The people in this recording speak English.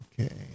Okay